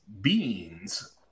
beings